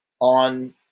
on